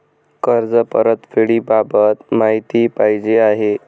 कर्ज परतफेडीबाबत माहिती पाहिजे आहे